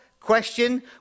question